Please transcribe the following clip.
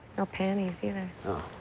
no panties, either. oh.